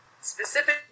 Specific